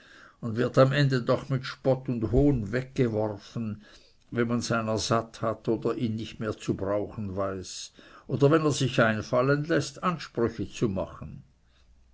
und wird am ende doch mit spott und hohn weggeworfen wenn man seiner satt hat oder ihn nicht mehr zu brauchen weiß oder wenn er sich einfallen läßt ansprüche zu machen